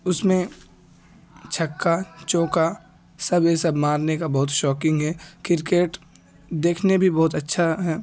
اس میں چھکا چوکا سب یہ سب مارنے کا بہت شاکنگ ہے کرکٹ دیکھنے بھی بہت اچھا ہے